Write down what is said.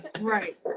Right